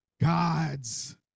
gods